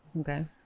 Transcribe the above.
okay